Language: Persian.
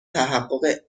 تحقق